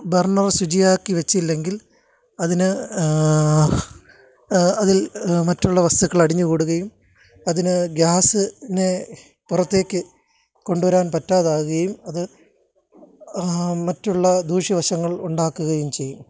burner ശുചിയാക്കി വെച്ചില്ലെങ്കിൽ അതിന് അതിൽ മറ്റുള്ള വസ്തുക്കൾ അടിഞ്ഞുകൂടുകയും അതിന് ഗ്യാസിനെ പുറത്തേക്ക് കൊണ്ടുവരാൻ പറ്റാതാകുകയും അത് മറ്റുള്ള ദൂഷ്യവശങ്ങൾ ഉണ്ടാക്കുകയും ചെയ്യും